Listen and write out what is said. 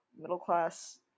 middle-class